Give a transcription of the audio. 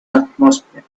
atmosphere